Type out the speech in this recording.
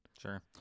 Sure